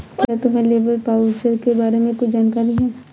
क्या तुम्हें labour voucher के बारे में कुछ जानकारी है?